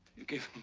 you gave